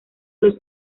los